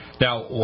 Now